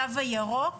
מה קו הגבול שלכם?